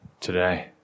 today